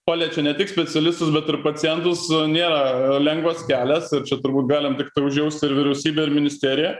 paliečia ne tik specialistus bet ir pacientus nėra lengvas kelias ir čia turbūt galim tiktai užjaust ir vyriausybę ir ministeriją